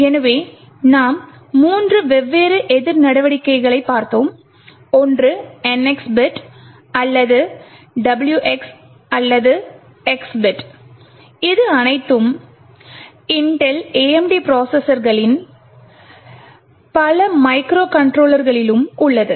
எனவே நாம் மூன்று வெவ்வேறு எதிர் நடவடிக்கைகளைப் பார்த்தோம் ஒன்று NX பிட் அல்லது WX அல்லது X பிட் இது அனைத்து இன்டெல் AMD ப்ரோசஸர்களிலும் பல மைக்ரோ கண்ட்ரோலர்களிலும் உள்ளது